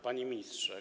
Panie Ministrze!